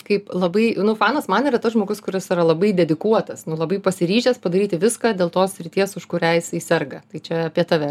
kaip labai nu fanas man yra tas žmogus kuris yra labai dedikuotas nu labai pasiryžęs padaryti viską dėl tos srities už kurią jisai serga tai čia apie tave